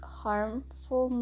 harmful